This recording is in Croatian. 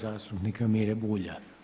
zastupnika Mire Bulja.